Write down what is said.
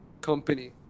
company